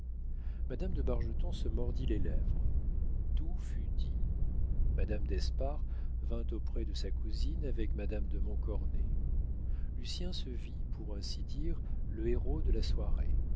madame de bargeton se mordit les lèvres tout fut dit madame d'espard vint auprès de sa cousine avec madame de montcornet lucien se vit pour ainsi dire le héros de la soirée